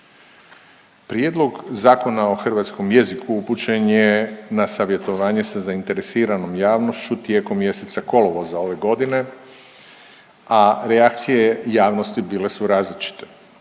Prijedlog Zakona o hrvatskom jeziku upućen je na savjetovanje sa zainteresiranom javnošću tijekom mjeseca kolovoza ove godine, a reakcije javnosti bile su različite.